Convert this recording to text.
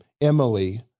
Emily